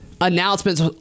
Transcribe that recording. announcements